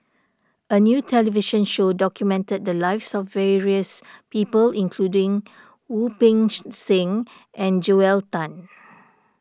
a new television show documented the lives of various people including Wu Peng Seng and Joel Tan